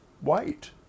white